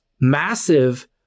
massive